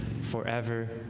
forever